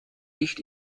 nicht